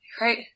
right